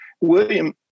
William